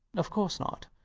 of course not.